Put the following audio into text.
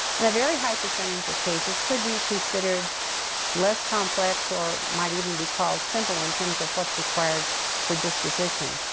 and a very high percentage of cases could be considered less complex or might even be called simple in terms of what's required for disposition.